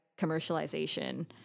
commercialization